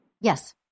Yes